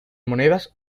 monedas